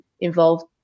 involved